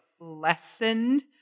lessened